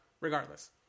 regardless